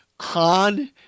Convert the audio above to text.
Han